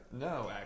No